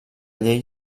llei